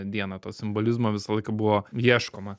dieną to simbolizmo visą laiką buvo ieškoma